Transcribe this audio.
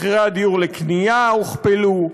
מחירי הדירות לקנייה הוכפלו,